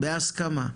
בהסכמה.